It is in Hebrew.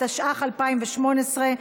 התשע"ח 2018,